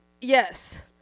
Yes